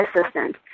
assistant